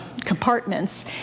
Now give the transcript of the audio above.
compartments